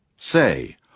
Say